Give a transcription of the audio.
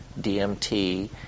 dmt